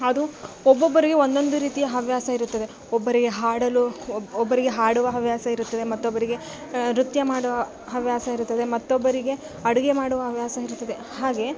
ಅದು ಒಬೊಬ್ಬರಿಗೆ ಒಂದೊಂದು ರೀತಿಯ ಹವ್ಯಾಸ ಇರುತ್ತದೆ ಒಬ್ಬರಿಗೆ ಹಾಡಲು ಒಬ್ಬ ಒಬ್ಬರಿಗೆ ಹಾಡುವ ಹವ್ಯಾಸ ಇರುತ್ತದೆ ಮತ್ತೊಬ್ಬರಿಗೆ ನೃತ್ಯ ಮಾಡುವ ಹವ್ಯಾಸ ಇರುತ್ತದೆ ಮತ್ತೊಬ್ಬರಿಗೆ ಅಡುಗೆ ಮಾಡುವ ಹವ್ಯಾಸ ಇರುತ್ತದೆ ಹಾಗೇ